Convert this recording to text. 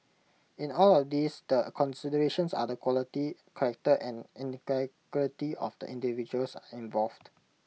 in all of these the considerations are the quality character and of the individuals involved